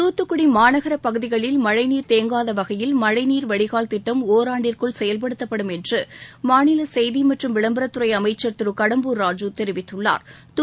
தூத்துக்குடி மாநகர பகுதிகளில் மழழநீர் தேங்காத வகையில் மழைநீர் வடிகால் திட்டம் ஒராண்டிற்குள் செயல்படுத்தப்படும் என்று செய்தி மற்றும் விளம்பரத் துறை அமைச்சா் திரு கடம்பூர் ராஜூ தெரிவித்துள்ளா்